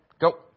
go